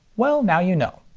well now you know.